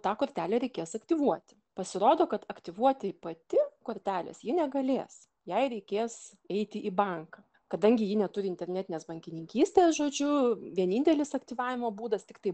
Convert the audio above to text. tą kortelę reikės aktyvuoti pasirodo kad aktyvuoti pati kortelės ji negalės jai reikės eiti į banką kadangi ji neturi internetinės bankininkystės žodžiu vienintelis aktyvavimo būdas tiktai